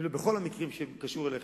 אם לא בכל המקרים שקשורים אליכם,